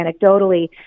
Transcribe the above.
anecdotally